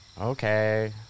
Okay